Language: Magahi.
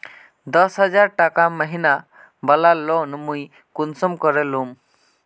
दस हजार टका महीना बला लोन मुई कुंसम करे लूम?